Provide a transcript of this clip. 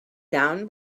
down